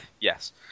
Yes